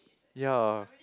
ya